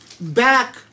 back